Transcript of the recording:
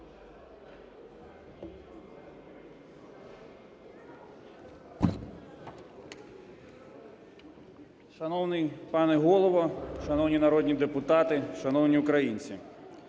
Шановний пане Голово! Шановні народні депутати! Шановні українці!